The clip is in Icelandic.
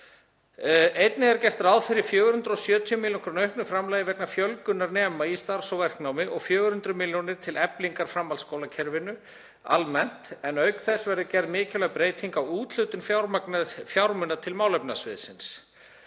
Einnig er gert ráð fyrir 470 millj. kr. auknu framlagi vegna fjölgunar nema í starfs- og verknámi og 400 millj. kr. til eflingar framhaldsskólakerfinu almennt, en auk þess verður gerð mikilvæg breyting á úthlutun fjármuna til málefnasviðsins.